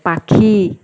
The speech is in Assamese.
পাখি